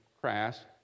crass